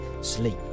sleep